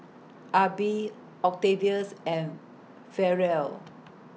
Arbie Octavius and Ferrell